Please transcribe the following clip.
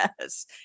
yes